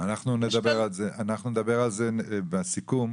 אנשים הולכים לשם ונפגע להם הערך העצמי.